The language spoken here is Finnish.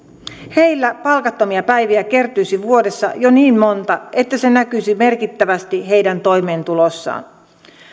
heillä palkattomia päiviä kertyisi vuodessa jo niin monta että se näkyisi merkittävästi heidän toimeentulossaan